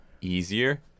easier